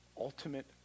Ultimate